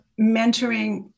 mentoring